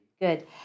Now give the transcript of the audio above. Good